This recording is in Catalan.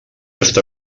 està